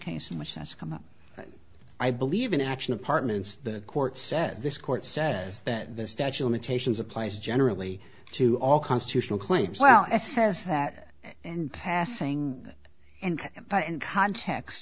case in which has come up i believe in action apartments the court says this court says that the statue limitations applies generally to all constitutional claims well it says that and passing and in context